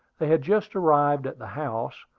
they had just arrived at the house,